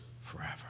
forever